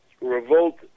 revolt